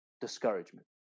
discouragement